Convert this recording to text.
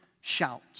shout